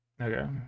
Okay